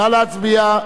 נא להצביע.